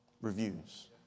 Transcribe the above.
reviews